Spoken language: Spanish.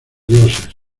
dioses